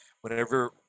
whenever